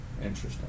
Interesting